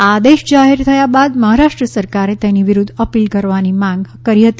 આ આદેશ જાહેર થયા બાદ મહારાષ્ટ્ર સરકારે તેની વિરુદ્ધ અપીલ કરવાની માંગ કરી હતી